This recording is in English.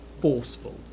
forceful